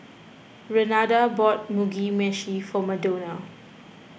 Renada bought Mugi Meshi for Madonna